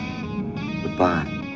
Goodbye